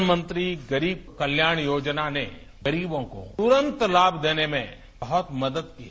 प्रधानमंत्री गरीब कल्याण योजना ने गरीबों को तुरंत लाभ देने में बहुत मदद की है